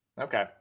okay